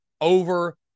over